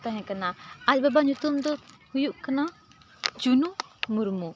ᱛᱟᱦᱮᱸ ᱠᱟᱱᱟ ᱟᱡ ᱵᱟᱵᱟ ᱧᱩᱛᱩᱢ ᱫᱚ ᱦᱩᱭᱩᱜ ᱠᱟᱱᱟ ᱪᱩᱱᱩ ᱢᱩᱨᱢᱩ